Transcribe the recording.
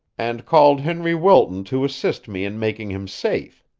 and called henry wilton to assist me in making him safe.